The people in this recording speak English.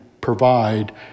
provide